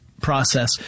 process